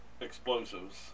explosives